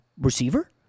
receiver